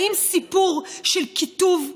האם סיפור של קיטוב,